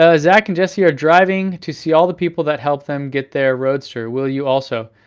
ah zack and jessie are driving to see all the people that help them get their roadster. will you also.